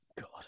God